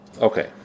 Okay